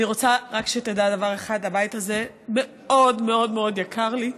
אני רוצה שתדע רק דבר אחד: הבית הזה מאוד מאוד יקר לי,